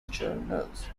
journals